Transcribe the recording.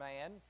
man